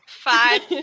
Five